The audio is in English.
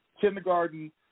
kindergarten